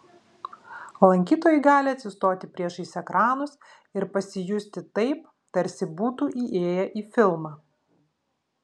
lankytojai gali atsistoti priešais ekranus ir pasijusti taip tarsi būtų įėję į filmą